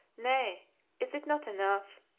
nay is it not enough?